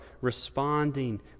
responding